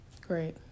Great